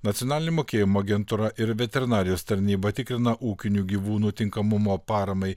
nacionalinė mokėjimo agentūra ir veterinarijos tarnyba tikrina ūkinių gyvūnų tinkamumo paramai